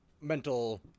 mental